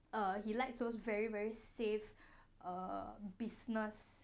err he likes those very very safe err business